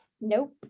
Nope